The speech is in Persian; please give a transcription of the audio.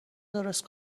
درست